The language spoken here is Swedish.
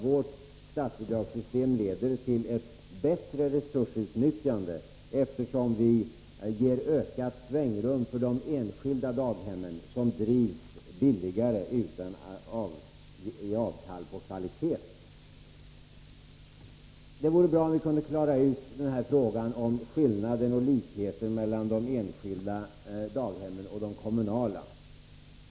Vårt statsbidragssystem leder dessutom till bättre resursutnyttjande, eftersom det ger ökat svängrum för de enskilda daghemmen, som drivs billigare utan att man ger avkall på kvaliteten. Det vore bra om vi kunde klara ut frågan om skillnaderna och likheterna mellan de enskilda daghemmen och de kommunala.